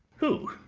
who,